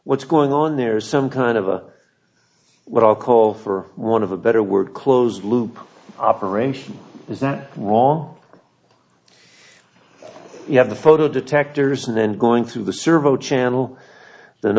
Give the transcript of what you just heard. what's going on there is some kind of or what i'll call for want of a better word closed loop operation is that wrong you have the photo detectors and then going through the servo channel then